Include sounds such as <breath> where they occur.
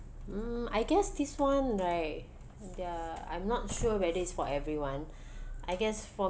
hmm I guess this [one] right there're I'm not sure whether it's for everyone <breath> I guess for